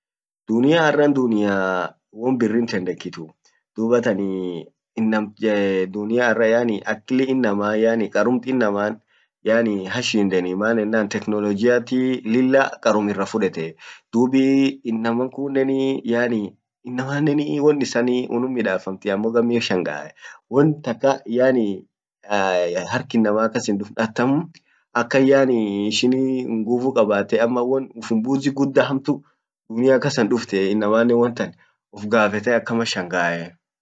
dunia arran dunia won birrin tendekituu dubatan nam dunia arra yaani akli inama yaani karumt innaman yaani hashindenii maan enan technologiat lilla qarrum irra fudete dub inaman kunnen yaani inamanen won issan unum midafamti ammo gammi uf shangae won takka yaani hark inamaa kasin dufn atam yaani akan yaani nguvu kabatte ama won ufumbuzi gudda hamtu dunia kasan dufte inamannen ufgafete lilla shangae.